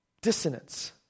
Dissonance